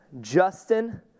Justin